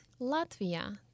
Latvia